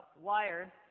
wired